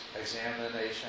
examination